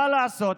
מה לעשות,